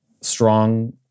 strong